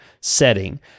setting